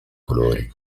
colori